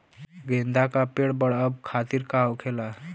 गेंदा का पेड़ बढ़अब खातिर का होखेला?